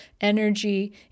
energy